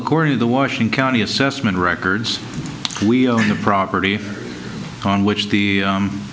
according to the washing county assessment records we own the property con which the